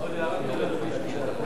ההצעה להעביר את הצעת חוק